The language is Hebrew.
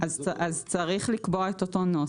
אז צריך לקבוע את אותו נוסח,